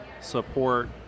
support